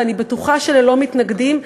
ואני בטוחה שללא מתנגדים,